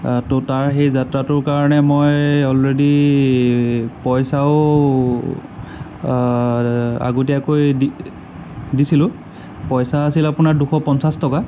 ত' তাৰ সেই যাত্ৰাটোৰ কাৰণে মই অলৰেডি পইচাও আগতীয়াকৈ দি দিছিলোঁ পইচা আছিল আপোনাৰ দুশ পঞ্চাশ টকা